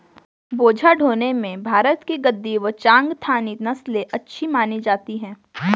बोझा ढोने में भारत की गद्दी व चांगथागी नस्ले अच्छी मानी जाती हैं